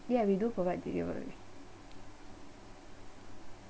ya we do provide delivery